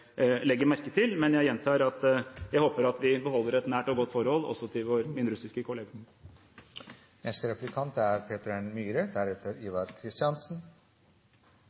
legge merke til. Men jeg gjentar at jeg håper at vi beholder et nært og godt forhold også til min russiske kollega. Dette var jo gode nyheter – alt er